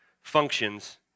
functions